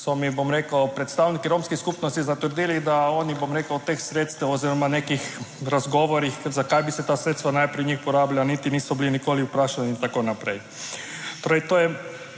so mi, bom rekel, predstavniki romske skupnosti zatrdili, da oni, bom rekel, teh sredstev oziroma v nekih razgovorih zakaj bi se ta sredstva najprej njih porabila. Niti niso bili nikoli vprašani in tako naprej. Torej, to je